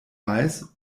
weiß